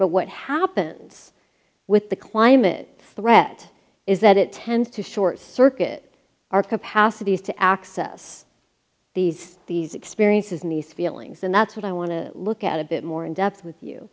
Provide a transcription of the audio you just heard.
but what happens with the climate threat is that it tends to short circuit our capacity to access these these experiences and these feelings and that's what i want to look at a bit more in depth with you